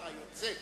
היוצא,